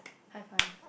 high five